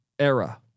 era